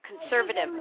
conservative